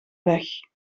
weg